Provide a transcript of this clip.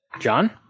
John